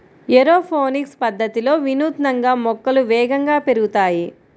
aeroponics పద్ధతిలో వినూత్నంగా మొక్కలు వేగంగా పెరుగుతాయి